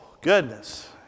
goodness